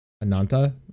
Ananta